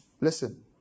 Listen